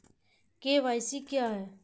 KYC क्या है?